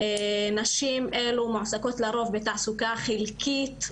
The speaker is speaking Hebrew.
נשים אלו מועסקות לרוב בתעסוקה חלקית,